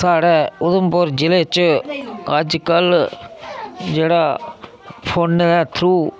साढ़े उधमपुर जिले च अज्जकल जेह्ड़ा फौने दे थ्रू